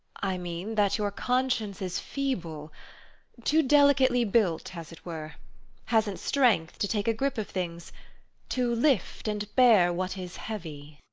i mean that your conscience is feeble too delicately built, as it were hasn't strength to take a grip of things to lift and bear what is heavy.